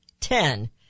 Ten